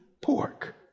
pork